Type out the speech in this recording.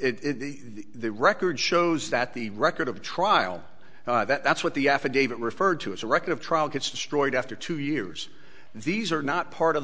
it the record shows that the record of the trial that's what the affidavit referred to as a record of trial gets destroyed after two years and these are not part of